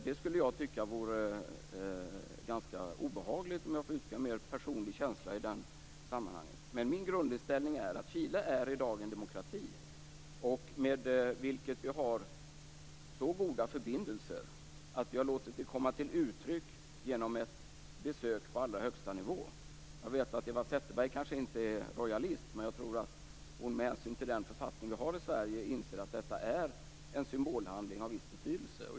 Det skulle jag tycka vore ganska obehagligt, om jag får uttrycka en mer personlig känsla i det här sammanhanget. Min grundinställning är att Chile i dag är en demokrati med vilken vi har så goda förbindelser att vi har låtit det komma till uttryck genom ett besök på allra högsta nivå. Eva Zetterberg är kanske inte rojalist, men jag tror att hon med hänsyn till den författning vi har i Sverige inser att detta är en symbolhandling av viss betydelse.